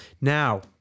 now